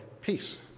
peace